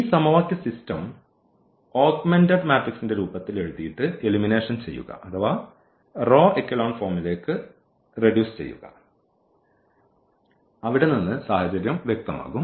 ഈ സമവാക്യ system augmented മാട്രിക്സിന്റെ രൂപത്തിൽ എഴുതിയിട്ട് എലിമിനേഷൻ ചെയ്യുക അഥവാ റോ എക്കലോൺ ഫോമിലേക്ക് റെഡ്യൂസ് ചെയ്യുക അവിടെ നിന്ന് സാഹചര്യം വ്യക്തമാകും